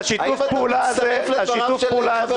האם אתה מצטרף לדבריו של חבר הכנסת